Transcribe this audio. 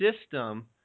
system